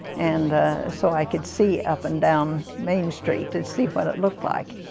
and so i could see up and down main street, to see what it looked like.